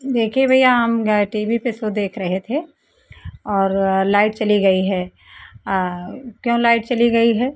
देखिए भैया हम ये टी वी पे शो देख रहे थे और लाइट चली गई है आ क्यों लाइट चली गई है